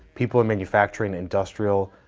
people, manufacturing, industrial,